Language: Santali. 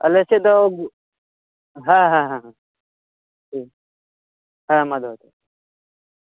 ᱟᱞᱮᱥᱮᱫ ᱫᱚ ᱦᱮᱸ ᱦᱮᱸᱦᱮᱸᱦᱮᱸ ᱦᱮᱸ ᱴᱷᱤᱠ ᱜᱮᱭᱟ ᱦᱮᱸᱢᱟ ᱫᱚᱦᱚᱭ ᱢᱮ